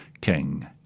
King